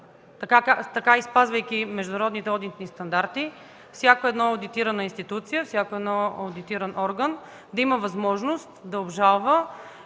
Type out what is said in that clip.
и спазвайки международните одитни стандарти, всяка една одитирана институция, всеки един одитиран орган да има възможност да обжалва,